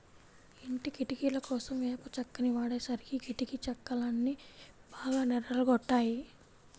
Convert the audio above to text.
ఇంటి కిటికీలకోసం వేప చెక్కని వాడేసరికి కిటికీ చెక్కలన్నీ బాగా నెర్రలు గొట్టాయి